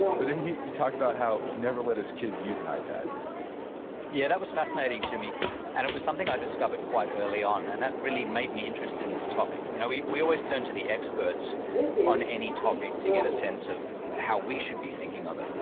but then you talk about how he never let his kids use an ipad yeah, that was fascinating to me and it was something i discovered quite early on, and that really made me interested in this topic. you know we we always turn to the experts on any topic to get a sense of how we should be thinking of it.